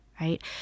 right